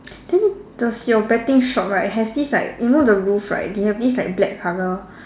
then does your betting shop right have this like you know the roof right they have this like black color